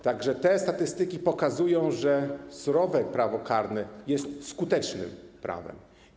Te statystyki pokazują, że surowe prawo karne jest skutecznym prawem.